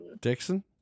Dixon